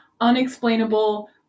unexplainable